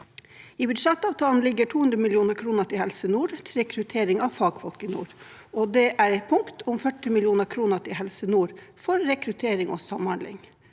I budsjettavtalen ligger 200 mill. kr til Helse nord til rekruttering av fagfolk i nord, og det er et punkt om 40 mill. kr til Helse nord til rekruttering og samhandling.